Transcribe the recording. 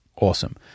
awesome